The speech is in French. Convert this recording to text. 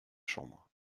chambre